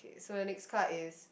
so the next card is